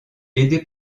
aidé